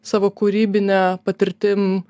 savo kūrybine patirtim